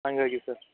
ಹಂಗಾಗಿ ಸರ್